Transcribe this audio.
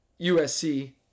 USC